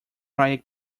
right